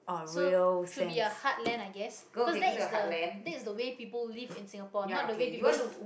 so should be a heartland i guess 'cause that is the that is the way people live in singapore not the way people